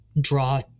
draw